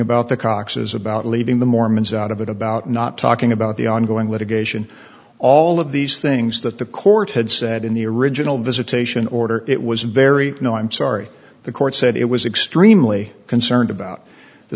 about the coxes about leaving the mormons out of it about not talking about the ongoing litigation all of these things that the court had said in the original visitation order it was very you know i'm sorry the court said it was extremely concerned about the